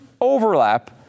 overlap